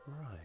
Right